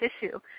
tissue